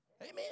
Amen